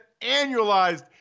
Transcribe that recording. annualized